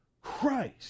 Christ